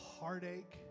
heartache